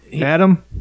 Adam